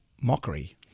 mockery